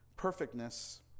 perfectness